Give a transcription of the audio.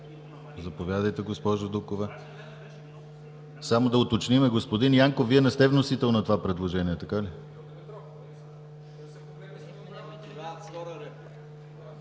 Благодаря Ви, господин Янков. Само да уточним: господин Янков, Вие не сте вносител на това предложение, така ли?